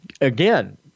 again